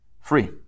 free